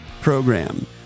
program